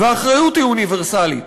והאחריות היא אוניברסלית,